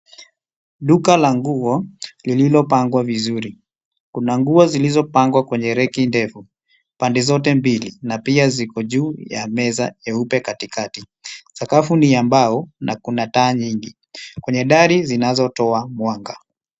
Duka la nguo lililopangwa vizuri kuna nguo zilizopangwa kwenye reki ndevu pande zote mbili na pia ziko juu ya meza nyeupe katikati ,sakafu ni ya mbao na kuna taa nyingi kwenye dari zinazotoa mwanga.